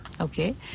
Okay